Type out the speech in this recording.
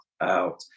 out